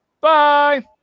Bye